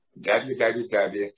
www